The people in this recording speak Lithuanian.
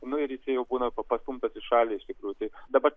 nu ir jisai jau būna pastumtas į šalį iš tikrųjų tai dabar